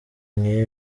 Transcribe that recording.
nk’ibi